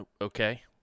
okay